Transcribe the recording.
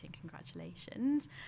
congratulations